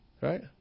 right